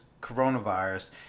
coronavirus